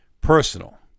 Personal